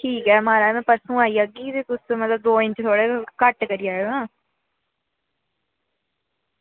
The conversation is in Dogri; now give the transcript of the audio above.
ठीक ऐ म्हाराज में परसों आई जाह्गी ते तुस दो इंच थोह्ड़े घट्ट करी आयो